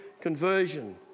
conversion